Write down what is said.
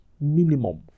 minimum